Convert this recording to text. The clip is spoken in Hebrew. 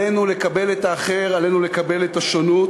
עלינו לקבל את האחר, עלינו לקבל את השונות.